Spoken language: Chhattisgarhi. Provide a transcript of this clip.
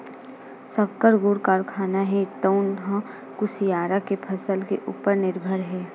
सक्कर, गुड़ कारखाना हे तउन ह कुसियार के फसल के उपर निरभर हे